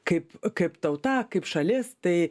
kaip kaip tauta kaip šalis tai